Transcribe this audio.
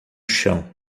chão